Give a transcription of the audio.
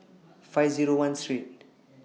five Zero one Street